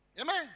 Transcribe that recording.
amen